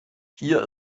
hier